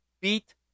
beat